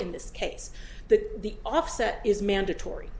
in this case that the offset is mandatory